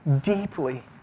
deeply